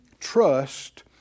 trust